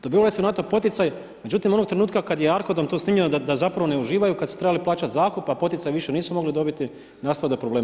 Dobivali su na to poticaj, međutim onog trenutka kad je ARKOD-om to snimljeno da zapravo ne uživaju kad su trebali plaćati zakup a poticaj više nisu mogli dobiti, nastalo je do problema.